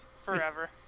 forever